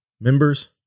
members